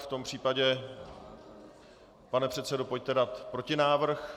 V tom případě, pane předsedo, pojďte dát protinávrh.